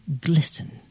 glisten